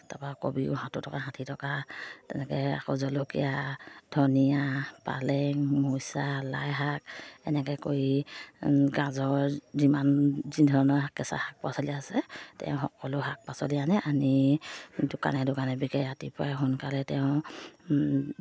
তাৰপা কবিও সত্তৰ টকা ষাঠি টকা তেনেকৈ আকৌ জলকীয়া ধনিয়া পালেং মৰিচা লাই শাক এনেকৈ কৰি গাজৰ যিমান যি ধৰণৰ কেঁচা শাক পাচলি আছে তেওঁ সকলো শাক পাচলি আনে আনি দোকানে দোকানে বিকে ৰাতিপুৱাই সোনকালে তেওঁ